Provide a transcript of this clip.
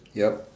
ya